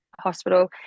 hospital